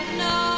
no